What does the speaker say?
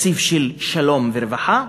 תקציב של שלום ורווחה,